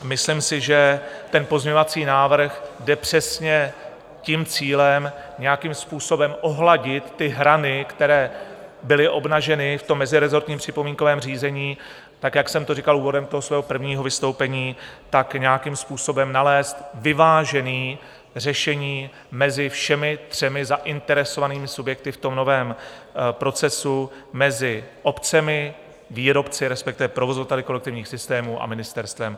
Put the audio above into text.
Myslím si, že pozměňovací návrh jde přesně tím cílem, nějakým způsobem ohladit hrany, které byly obnaženy v mezirezortním připomínkovém řízení tak, jak jsem to říkal úvodem svého prvního vystoupení, tak nějakým způsobem nalézt vyvážené řešení mezi všemi třemi zainteresovanými subjekty v novém procesu mezi obcemi, výrobci, respektive provozovateli kolektivních systémů a ministerstvem.